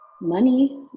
Money